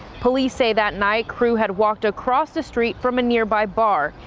police say that night crew had walked across the street from a nearby bar,